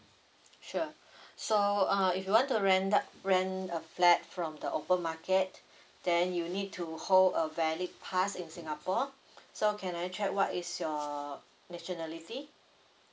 sure so uh if you want to rent out rent a flat from the open market then you need to hold a valid pass in singapore so can I check what is your nationality